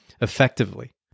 effectively